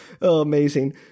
amazing